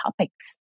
topics